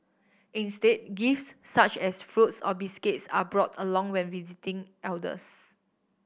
instead gifts such as fruits or biscuits are brought along when visiting elders